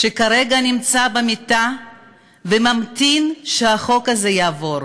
שכרגע נמצא במיטה וממתין שהחוק הזה יעבור.